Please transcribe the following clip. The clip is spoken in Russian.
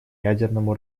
ядерному